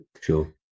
Sure